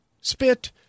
spit